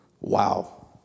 Wow